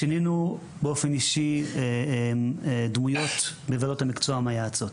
שינינו באופן אישי דמויות בוועדות המקצוע המייעצות,